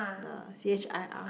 the C H I R